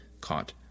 caught